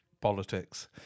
politics